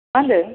मा होनदों